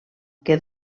que